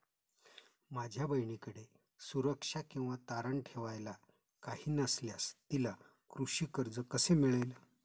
माझ्या बहिणीकडे सुरक्षा किंवा तारण ठेवायला काही नसल्यास तिला कृषी कर्ज कसे मिळेल?